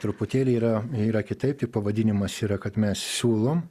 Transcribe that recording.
truputėlį yra yra kitaip tai pavadinimas yra kad mes siūlom